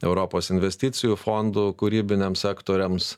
europos investicijų fondų kūrybiniam sektoriams